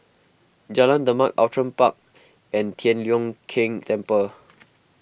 Jalan Demak Outram Park and Tian Leong Keng Temple